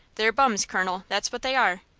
they're bums, colonel, that's what they are!